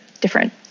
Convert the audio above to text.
different